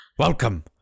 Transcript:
Welcome